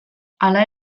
hala